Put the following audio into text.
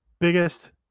biggest